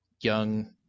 young